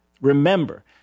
remember